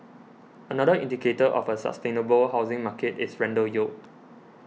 another indicator of a sustainable housing market is rental yield